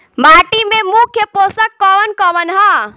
माटी में मुख्य पोषक कवन कवन ह?